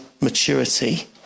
maturity